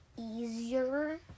easier